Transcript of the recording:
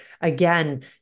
Again